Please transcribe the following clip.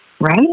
Right